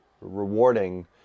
rewarding